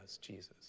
Jesus